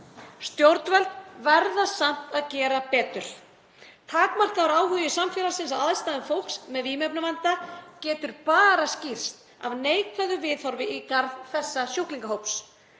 Stjórnvöld verða samt að gera betur. Takmarkaður áhugi samfélagsins á aðstæðum fólks með vímuefnavanda getur bara skýrst af neikvæðu viðhorfi í garð þessa sjúklingahóps.